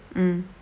mm